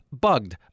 Bugged